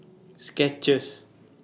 Skechers